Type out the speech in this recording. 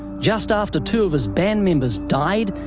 just after two of his band members died,